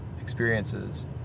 experiences